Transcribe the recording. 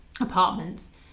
apartments